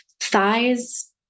thighs